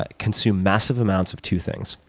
ah consume massive amounts of two things,